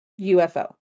UFO